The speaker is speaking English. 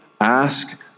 ask